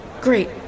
Great